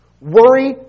Worry